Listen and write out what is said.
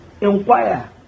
inquire